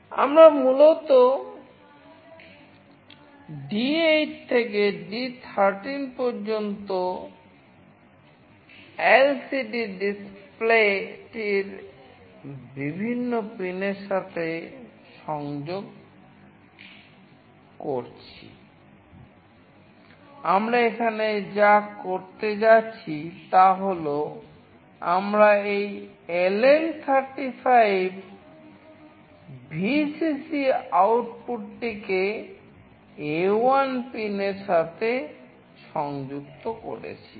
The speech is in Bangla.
আমরা মূলত D8 থেকে D13 পর্যন্ত এলসিডি ডিসপ্লেটির বিভিন্ন পিনের সাথে সংযোগ করছি আমরা এখানে যা করতে যাচ্ছি তা হল আমরা এই LM35 VCC আউটপুটটিকে A1 পিনের সাথে সংযুক্ত করছি